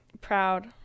proud